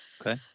Okay